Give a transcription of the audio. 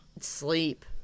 Sleep